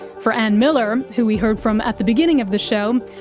for ann miller, who we heard from at the beginning of the show,